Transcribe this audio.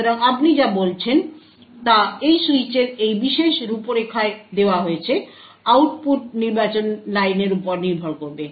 সুতরাং আপনি যা বলছেন তা সুইচের এই বিশেষ রূপরেখায় দেওয়া হয়েছে আউটপুট নির্বাচন লাইনের উপর নির্ভর করবে